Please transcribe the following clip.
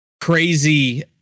crazy